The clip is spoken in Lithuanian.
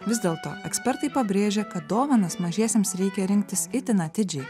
vis dėlto ekspertai pabrėžia kad dovanas mažiesiems reikia rinktis itin atidžiai